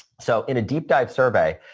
so, in a deep dive survey,